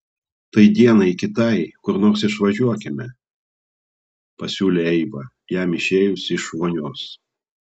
tai dienai kitai kur nors išvažiuokime pasiūlė eiva jam išėjus iš vonios